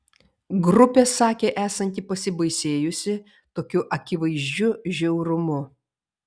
grupė sakė esanti pasibaisėjusi tokiu akivaizdžiu žiaurumu